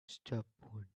stubborn